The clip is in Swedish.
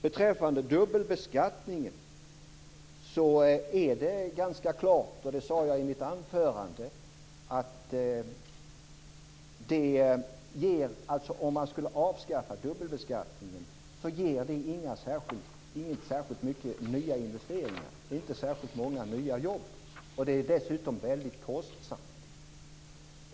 Beträffande dubbelbeskattningen är det ganska klart, och det sade jag i mitt anförande, att om man avskaffade denna skulle det inte ge särskilt mycket nya investeringar och inte särskilt många nya jobb. Det är dessutom väldigt kostsamt.